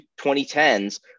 2010s